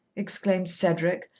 exclaimed cedric,